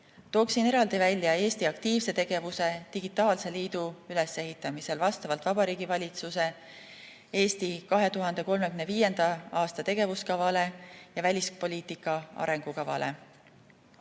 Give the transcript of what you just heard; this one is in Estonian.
Tooksin eraldi välja Eesti aktiivse tegevuse digitaalse liidu ülesehitamisel vastavalt Vabariigi Valitsuse "Eesti 2035" tegevuskavale ja välispoliitika arengukavale.